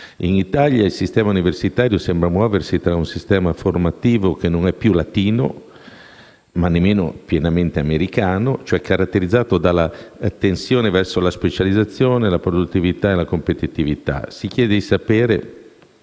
In Italia il sistema universitario sembra muoversi tra un sistema formativo che non è più latino ma nemmeno pienamente americano, cioè caratterizzato dalla tensione verso la specializzazione, la produttività e la competitività. Si chiede di sapere